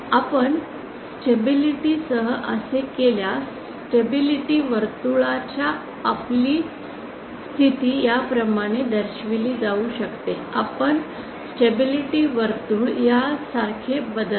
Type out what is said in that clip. आपण स्टेबिलिटी सह असे केल्यास स्टेबिलिटी वर्तुळाची आपली स्थिती याप्रमाणे दर्शविली जाऊ शकते आपल् स्टेबिलिटी वर्तुळ यासारखे बदलते